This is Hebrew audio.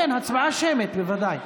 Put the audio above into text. הצבעה שמית, בוודאי.